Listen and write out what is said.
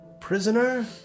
prisoner